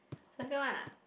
second one ah